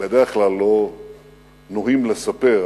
בדרך כלל לא נוהגים לספר,